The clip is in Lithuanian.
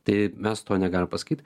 tai mes to negalim pasakyt